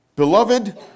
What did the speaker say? Beloved